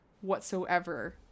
whatsoever